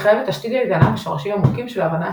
מחייבת תשתית איתנה ושורשים עמוקים של הבנה אסטרטגית.